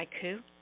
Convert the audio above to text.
haiku